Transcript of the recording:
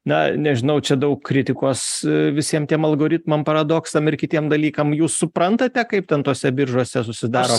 na nežinau čia daug kritikos visiem tiem algoritmam paradoksam ir kitiem dalykam jūs suprantate kaip ten tose biržose susidaro